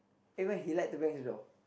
even he like to bang his door